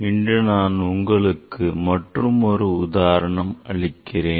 இன்று நான் உங்களுக்கு மற்றுமொரு உதாரணம் அளிக்கிறேன்